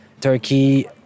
Turkey